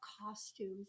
costumes